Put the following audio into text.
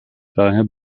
daher